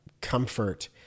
comfort